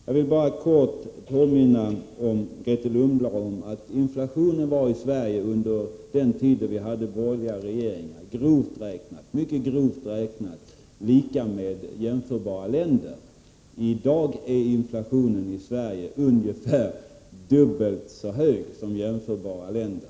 Jag vill bara kort påminna Grethe Lundblad om att inflationen i Sverige under den tid då vi hade borgerliga regeringar mycket grovt räknat var lika med jämförbara länders. I dag är inflationen i Sverige ungefär dubbelt så hög som i jämförbara länder.